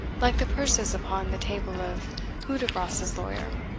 like the purses upon the table of hudibras's lawyer